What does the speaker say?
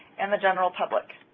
and the general public.